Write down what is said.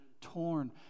Torn